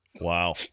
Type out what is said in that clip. Wow